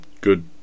good